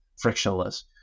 frictionless